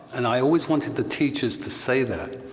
and i always wanted the teachers to say that.